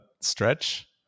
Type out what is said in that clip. stretch